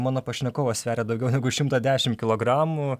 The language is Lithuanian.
mano pašnekovas sveria daugiau negu šimtą dešimt kilogramų